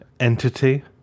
Entity